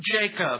Jacob